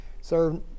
serve